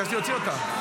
ביקשתי להוציא אותה.